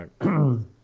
right